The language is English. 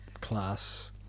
class